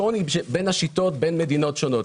שוני בין השיטות בין מדינות שונות.